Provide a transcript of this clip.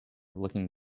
looking